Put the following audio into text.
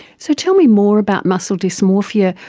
so tell me more about muscle dysmorphia.